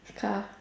car